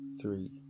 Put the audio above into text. three